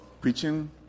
preaching